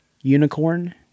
unicorn